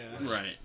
Right